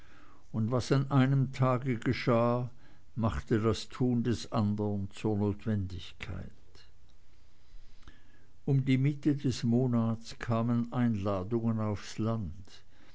und was an einem tage geschah machte das tun des andern zur notwendigkeit um die mitte des monats kamen einladungen aufs land